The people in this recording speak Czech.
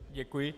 Děkuji.